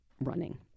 running